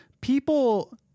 people